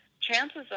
chances